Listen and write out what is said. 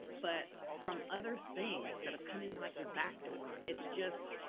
but from other things that have come in like the backdoor, it's just,